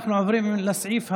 אנחנו עוברים לסעיף הבא,